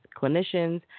clinicians